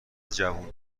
جوون